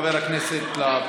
הצעת החוק עברה,